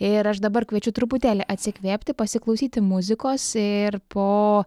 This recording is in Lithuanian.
ir aš dabar kviečiu truputėlį atsikvėpti pasiklausyti muzikos ir po